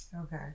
Okay